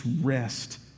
rest